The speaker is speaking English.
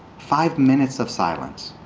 five minutes of silence.